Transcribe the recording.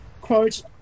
quote